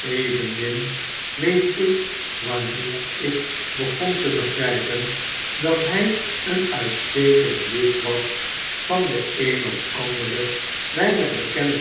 eveomin weet ik wanneer ik begon te begrijpn dat hy een uitstekend lid was van de een of andere weinig bekende